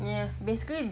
yeah basically